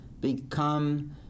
become